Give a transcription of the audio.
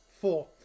Four